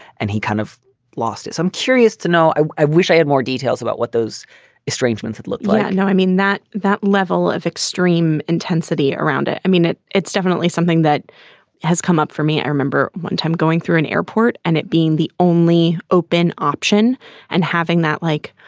and he kind of lost it. i'm curious to know. i i wish i had more details about what those estrangements had looked like yeah no, i mean, that that level of extreme intensity around it. i mean, it it's definitely something that has come up for me. i remember one time going through an airport and it being the only open option and having that like,